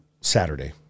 Saturday